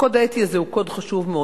הקוד האתי הזה הוא קוד חשוב מאוד.